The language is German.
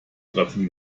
treffen